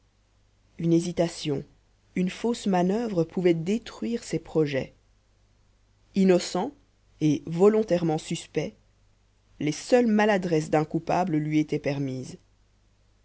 une hésitation une fausse manoeuvre pouvait détruire ses projets innocent et volontairement suspect les seules maladresses d'un coupable lui étaient permises